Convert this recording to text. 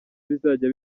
bizajya